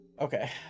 Okay